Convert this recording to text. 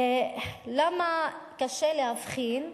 למה קשה להבחין?